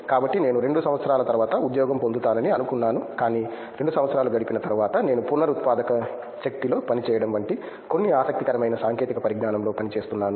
కాబట్టి నేను 2 సంవత్సరాల తరువాత ఉద్యోగం పొందుతానని అనుకున్నాను కాని 2 సంవత్సరాలు గడిపిన తరువాత నేను పునరుత్పాదక శక్తిలో పని చేయడం వంటి కొన్ని ఆసక్తికరమైన సాంకేతిక పరిజ్ఞానం లో పని చేస్తున్నాను